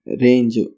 range